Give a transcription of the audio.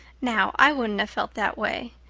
now, i wouldn't have felt that way.